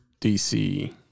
DC